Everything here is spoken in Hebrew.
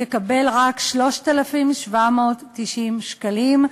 תקבל רק 3,790 שקלים.